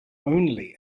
only